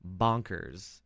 bonkers